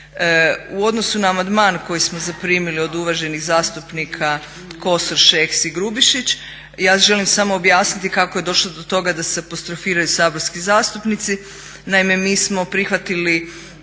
U odnosu na amandman koji smo zaprimili od uvaženih zastupnika Kosor, Šeks i Grubišić ja želim samo objasniti kako je došlo do toga da se apostrofiraju saborski zastupnici. Naime, mi smo prihvatili